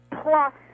plus